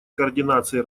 координации